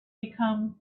become